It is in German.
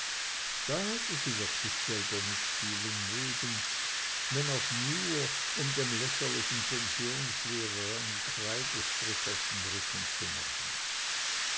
da hätte sie wirklich selber mitspielen mögen wenn auch nur um dem lächerlichen pensionslehrer einen kreidestrich auf den rücken zu machen